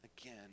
again